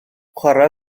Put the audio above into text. chwaraea